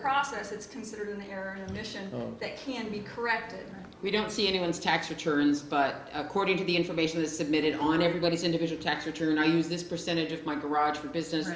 process it's considered an error mission that can be corrected we don't see any one's tax returns but according to the information the submitted on everybody's individual tax return i use this percentage of my garage for business